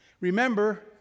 Remember